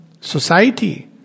society